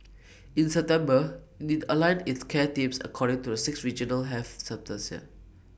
in September IT aligned its care teams according to the six regional health systems here